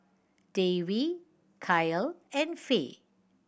Dewey Kiel and Fae